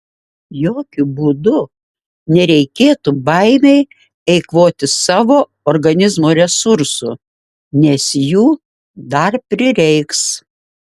jokiu būdu nereikėtų baimei eikvoti savo organizmo resursų nes jų dar prireiks